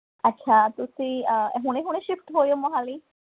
ਅੱਛਾ ਤੁਸੀਂ ਹੁਣੇ ਹੁਣੇ ਸ਼ਿਫਟ ਹੋਏ ਹੋ ਮੋਹਾਲੀ